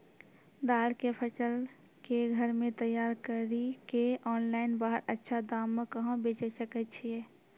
दाल के फसल के घर मे तैयार कड़ी के ऑनलाइन बाहर अच्छा दाम मे कहाँ बेचे सकय छियै?